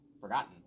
forgotten